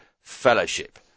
fellowship